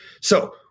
So-